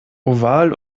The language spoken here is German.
oval